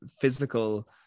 physical